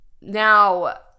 Now